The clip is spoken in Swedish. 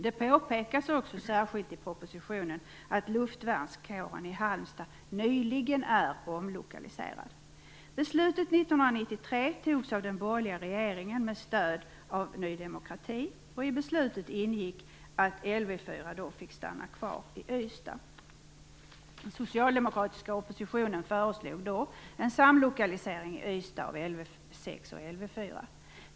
Det påpekas också särskilt i propositionen att Luftvärnskåren i Halmstad nyligen omlokaliserats. Beslutet 1993 fattades av den borgerliga regeringen, med stöd av Ny demokrati. I beslutet ingick att LV 4 fick stanna kvar i Ystad. Den socialdemokratiska oppositionen föreslog då en samlokalisering i Ystad av LV 6 och LV 4.